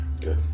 Good